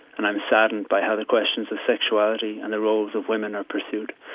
and i'm saddened by how the questions of sexuality and the roles of woman are pursued.